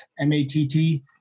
m-a-t-t